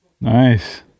Nice